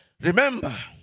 remember